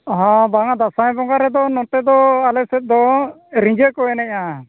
ᱦᱮᱸ ᱵᱟᱝᱟ ᱫᱟᱸᱥᱟᱭ ᱵᱚᱸᱜᱟ ᱨᱮᱫᱚ ᱱᱚᱛᱮ ᱫᱚ ᱟᱞᱮᱥᱮᱫ ᱫᱚ ᱨᱤᱸᱡᱟᱹ ᱠᱚ ᱮᱱᱮᱡᱼᱟ